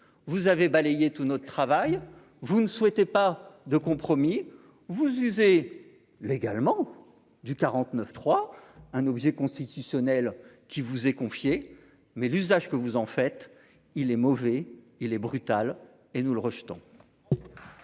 vous avez balayé tout notre travail, vous ne souhaitez pas de compromis vous usez légalement du 49 3 un objet constitutionnel qui vous est confiée, mais l'usage que vous, en fait il est mauvais, il est brutal et nous le rejetons.